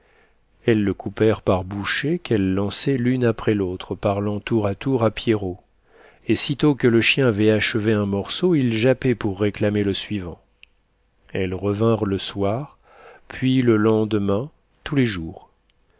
elles le coupèrent par bouchées qu'elles lançaient l'une après l'autre parlant tour à tour à pierrot et si tôt que le chien avait achevé un morceau il jappait pour réclamer le suivant elles revinrent le soir puis le lendemain tous les jours